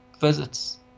visits